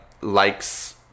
likes